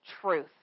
truth